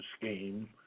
scheme